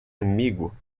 amigo